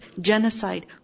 genocide